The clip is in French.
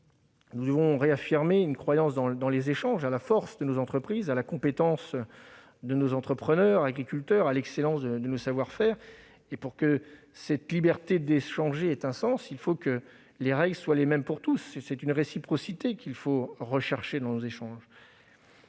Nous devons réaffirmer que nous croyons aux échanges, à la force de nos entreprises, à la compétence de nos entrepreneurs et de nos agriculteurs et à l'excellence de nos savoir-faire. Mais pour que cette liberté d'échanger ait un sens, il faut que les règles soient les mêmes pour tous ! C'est une réciprocité qu'il faut rechercher dans nos échanges.